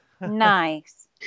Nice